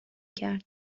کرد